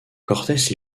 cortés